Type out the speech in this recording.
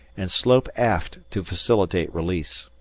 and slope aft to facilitate release.